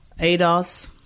ADOS